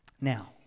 now